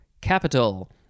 capital